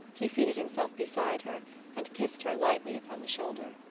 he seated himself beside her and kissed her lightly upon the shoulder.